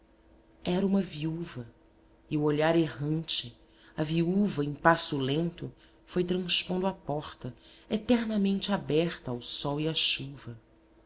era uma viúva e o olhar errante a viúva em passo lento foi transpondo a porta eternamente aberta ao sol e à chuva